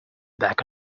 back